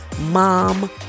mom